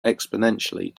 exponentially